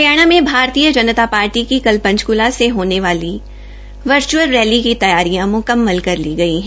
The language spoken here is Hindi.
हरियाणा में भारतीय जनता पार्टी की कल पंचकलीा में होने वाली वर्चअल रैली की तैयारियां मुकम्मल कर ली गई हैं